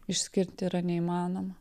išskirt yra neįmanoma